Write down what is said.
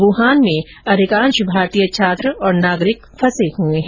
Wuhan में अधिकांश भारतीय छात्र और नागरिक फंसे हुए है